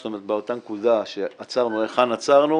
זאת אומרת באותה נקודה שעצרנו היכן עצרנו